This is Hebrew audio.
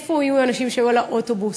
איפה היו האנשים שהיו על האוטובוס?